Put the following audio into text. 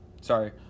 sorry